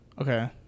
Okay